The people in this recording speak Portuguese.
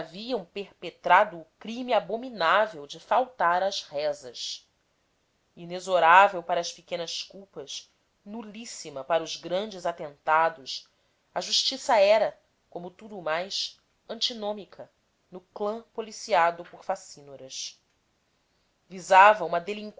haviam perpetrado o crime abominável de faltar às rezas inexorável para as pequenas culpas nulíssima para os grandes atentados a justiça era como tudo o mais antinômica no clã policiado por facínoras visava uma